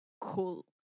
cool